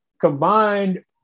combined